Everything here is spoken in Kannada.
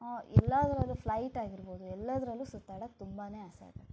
ಎಲ್ಲದ್ರಲ್ಲೂ ಫ್ಲೈಟ್ ಆಗಿರ್ಬೋದು ಎಲ್ಲದರಲ್ಲೂ ಸುತ್ತಾಡಕ್ಕೆ ತುಂಬಾ ಆಸೆ ಆಗುತ್ತೆ